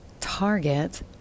target